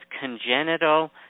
congenital